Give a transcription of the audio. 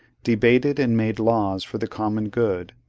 debated and made laws for the common good,